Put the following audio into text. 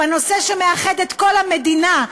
בנושא שמאחד את כל המדינה,